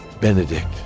Benedict